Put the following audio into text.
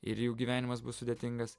ir jų gyvenimas bus sudėtingas